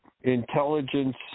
Intelligence